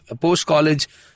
post-college